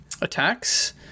attacks